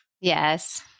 Yes